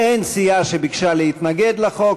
אין סיעה שביקשה להתנגד לחוק,